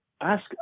ask